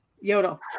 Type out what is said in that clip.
Yodel